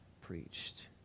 preached